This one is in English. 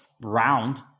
round